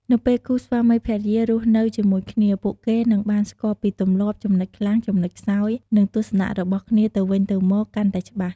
នៅពេលគូស្វាមីភរិយារស់នៅជាមួយគ្នា ពួកគេនឹងបានស្គាល់ពីទម្លាប់ ចំណុចខ្លាំង ចំណុចខ្សោយ និងទស្សនៈរបស់គ្នាទៅវិញទៅមកកាន់តែច្បាស់។